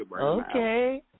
Okay